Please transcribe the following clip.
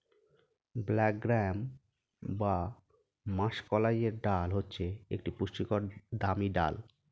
black gram বা মাষকলাইয়ের ডাল হচ্ছে একটি পুষ্টিকর দামি ডাল